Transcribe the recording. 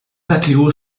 dakigu